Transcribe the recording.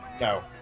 No